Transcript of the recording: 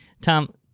Tom